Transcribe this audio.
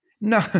No